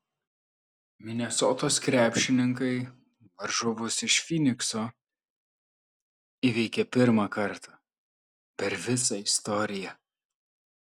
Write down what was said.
minesotos krepšininkai varžovus iš fynikso įveikė pirmą kartą per visą istoriją